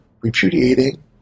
repudiating